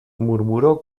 murmuró